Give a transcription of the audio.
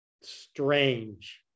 strange